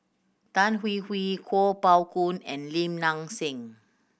Tan Hwee Hwee Kuo Pao Kun and Lim Nang Seng